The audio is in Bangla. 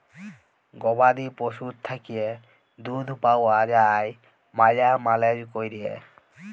গবাদি পশুর থ্যাইকে দুহুদ পাউয়া যায় ম্যালা ম্যালেজ ক্যইরে